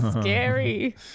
scary